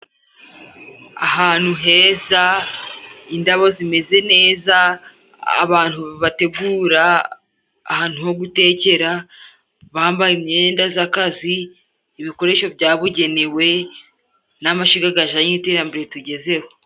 Ahantu heza, indabo zimeze neza, abantu bategura ahantu ho gutekera, bambaye imyenda z'akazi, ibikoresho byabugenewe n'amashiga gajanye n'iterambere tugezeho.